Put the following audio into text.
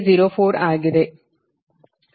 4 ಆಗಿದೆ